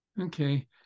Okay